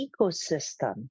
ecosystem